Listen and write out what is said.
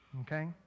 Okay